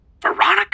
Veronica